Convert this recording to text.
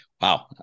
wow